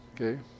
Okay